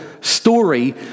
story